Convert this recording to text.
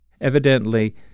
Evidently